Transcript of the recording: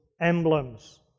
emblems